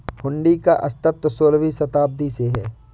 हुंडी का अस्तित्व सोलहवीं शताब्दी से है